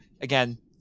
Again